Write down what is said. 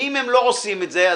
ואם הם לא עושים את זה,